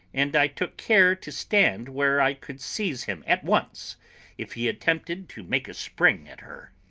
and i took care to stand where i could seize him at once if he attempted to make a spring at her.